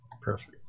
Perfect